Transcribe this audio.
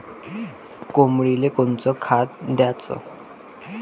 कोंबडीले कोनच खाद्य द्याच?